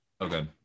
Okay